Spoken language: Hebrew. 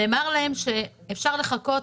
נאמר להם אז שאפשר לחכות